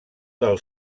del